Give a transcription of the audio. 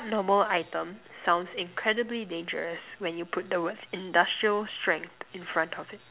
what normal item sounds incredibly dangerous when you put the words industrial strength in front of it